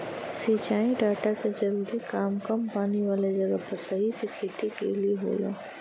सिंचाई डाटा क जरूरी काम कम पानी वाले जगह पर सही से खेती क लिए होला